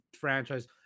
franchise